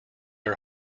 are